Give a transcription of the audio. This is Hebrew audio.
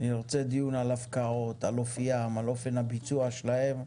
אני ארצה דיון על הפקעות, על אופן הביצוע שלהן,